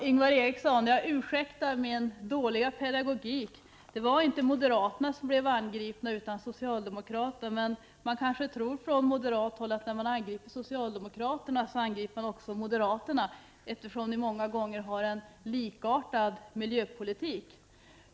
Ingvar Eriksson får ursäkta min dåliga pedagogik. Det var inte moderaterna som blev angripna, utan socialdemokraterna. Från moderat håll kanske man tror att när socialdemokraterna angrips, så angrips också moderaterna, eftersom ni många gånger har en likartad miljöpolitik.